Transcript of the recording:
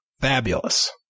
fabulous